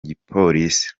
gipolisi